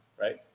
right